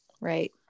right